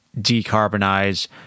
decarbonize